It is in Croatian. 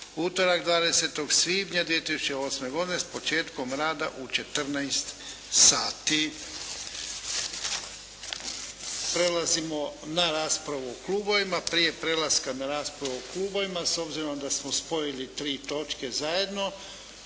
utorak 20. svibnja 2008. godine s početkom rada u 14 sati. Prelazimo na raspravu u klubovima. Prije prelaska na raspravu u klubovima s obzirom da smo spojili 3 točke zajedno